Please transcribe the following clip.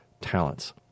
talents